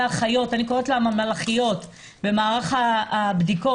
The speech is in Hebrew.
האחיות אני קוראת להן המלאכיות במערך הבדיקות,